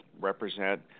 represent